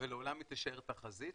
ולעולם היא תישאר תחזית.